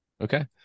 Okay